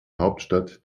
hauptstadt